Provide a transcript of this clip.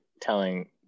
telling